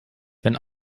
wenn